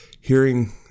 hearing